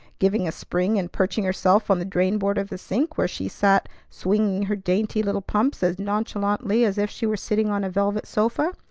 giving a spring and perching herself on the drain-board of the sink, where she sat swinging her dainty little pumps as nonchalantly as if she were sitting on a velvet sofa.